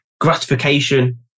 gratification